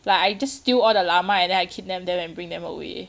like I just steal all the llamas and then I kidnap them and bring them away